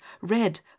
red